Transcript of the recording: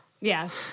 yes